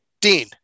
Dean